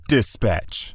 Dispatch